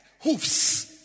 hoofs